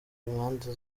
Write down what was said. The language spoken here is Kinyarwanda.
impande